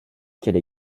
qu’elle